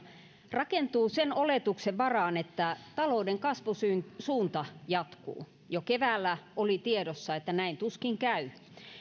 rakentuu sen oletuksen varaan että talouden kasvusuunta jatkuu jo keväällä oli tiedossa että näin tuskin käy